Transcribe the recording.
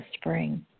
spring